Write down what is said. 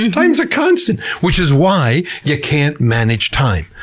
and time's a constant, which is why you can't manage time.